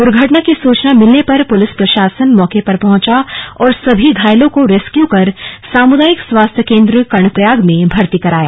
दुर्घटना की सूचना मिलने पर पुलिस प्रशासन मौके पर पहुंचा और सभी घायलों को रेस्क्यू कर सामुदायिक स्वास्थ्य केंद्र कर्णप्रयाग में भर्ती कराया